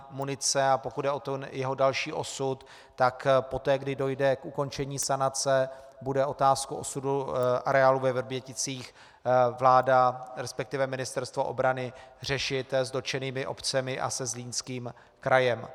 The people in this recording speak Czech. A pokud jde o jeho další osud, tak poté, kdy dojde k ukončení sanace, bude otázku osudu areálu ve Vrběticích vláda, resp. Ministerstvo obrany řešit s dotčenými obcemi a se Zlínským krajem.